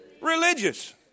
religious